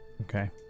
Okay